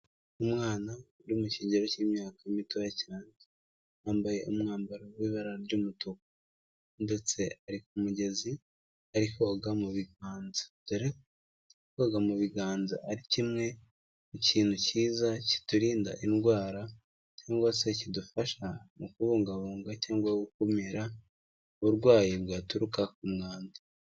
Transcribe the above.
Umwana uri mu kigero cy'imyaka mitoya cyane wambaye umwambaro w'ibara ry'umutuku ndetse ari ku mugezi ari koga mu biganza, dore ko koga mu biganza ari kimwe mu kintu cyiza kiturinda indwara cyangwa se kidufasha mu kubungabunga cyangwa gukumira uburwayi bwaturuka ku mwanda.